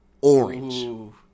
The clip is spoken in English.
Orange